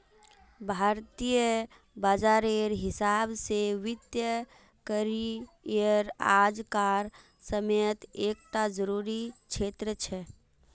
भारतीय बाजारेर हिसाब से वित्तिय करिएर आज कार समयेत एक टा ज़रूरी क्षेत्र छे